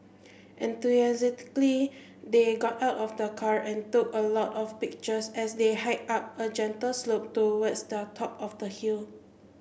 enthusiastically they got out of the car and took a lot of pictures as they hiked up a gentle slope towards the top of the hill